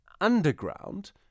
underground